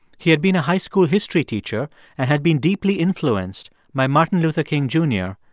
he had been a high school history teacher and had been deeply influenced by martin luther king jr.